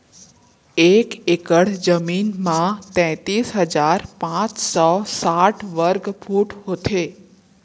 एक एकड़ जमीन मा तैतलीस हजार पाँच सौ साठ वर्ग फुट होथे